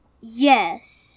Yes